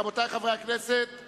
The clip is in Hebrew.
רבותי חברי הכנסת,